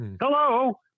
Hello